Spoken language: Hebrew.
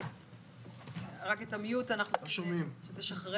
אנחנו לא מצליחים לשמוע